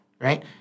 right